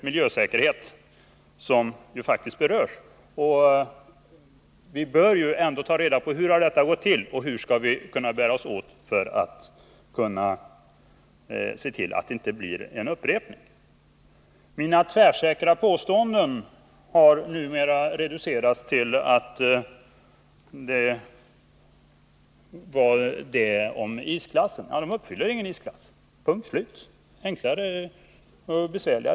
Vi bör ändå ta reda på hur det har gått till och hur vi skall bära oss åt för att undvika att det blir en upprepning. Mina tvärsäkra påståenden har nu av Ralf Lindström reducerats till att gälla uttalandet att fartygen inte uppfyller några isklasskrav. Men det är helt enkelt så.